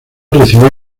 recibió